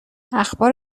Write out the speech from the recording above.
اخبار